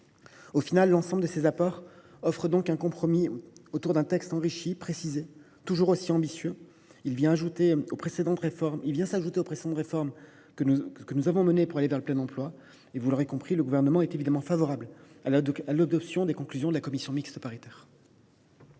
souligner. L’ensemble de ces apports offre donc un compromis autour d’un texte enrichi, précisé et toujours aussi ambitieux. Il vient s’ajouter aux précédentes réformes que nous avons menées pour aller vers le plein emploi. Vous l’aurez compris, le Gouvernement est évidemment favorable à l’adoption des conclusions de la commission mixte paritaire.